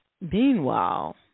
Meanwhile